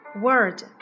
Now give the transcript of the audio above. word